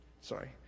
Sorry